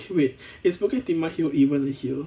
wait is bukit timah hill even a hill